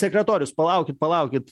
sekretorius palaukit palaukit